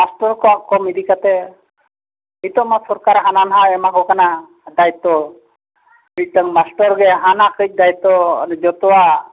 master ᱠᱚᱣᱟᱜ ᱠᱚᱢ ᱤᱫᱤ ᱠᱟᱛᱮᱫ ᱱᱤᱛᱳᱜ ᱦᱚᱸ ᱥᱚᱨᱠᱟᱨ ᱦᱟᱱᱟ ᱱᱚᱣᱟᱭ ᱮᱢᱟ ᱠᱚ ᱠᱟᱱᱟ ᱫᱟᱭᱤᱛᱛᱚ ᱢᱤᱫᱴᱟᱝ ᱢᱟᱥᱴᱚᱨ ᱜᱮ ᱦᱟᱱᱟ ᱠᱟᱹᱡ ᱫᱟᱭᱤᱛᱛᱚ ᱡᱚᱛᱚᱣᱟᱜ